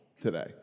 today